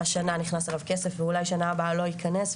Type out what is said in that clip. שהשנה נכנס אליו כסף ואולי שנה הבאה לא ייכנס,